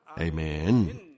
Amen